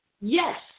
Yes